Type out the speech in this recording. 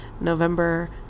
November